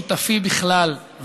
שכחתי להודות לשותפי בכלל,